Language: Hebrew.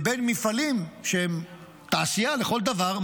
לבין מפעלים שהם תעשייה לכל דבר,